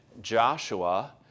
Joshua